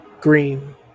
Green